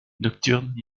nocturnes